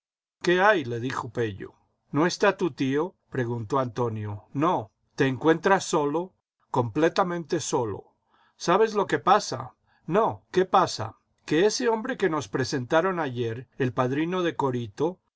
qué hay le dijo pello no está tu tío preguntó antonio no te encuentras solo completamente solo sabes lo que pasa no qué pasa que ese hombre que nos presentaron ayer el padrino de corito